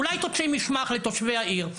אולי תוציא מסמך לתושבי העיר,